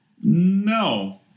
No